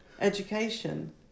education